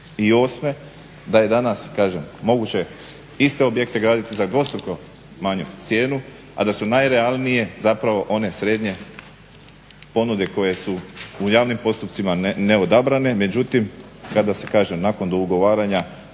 i 2008. da je danas kažem moguće iste objekte graditi za dvostruko manju cijenu, a da su najrealnije zapravo one srednje ponude koje su u javnim postupcima neodabrane. Međutim, kada se kažem nakon ugovaranja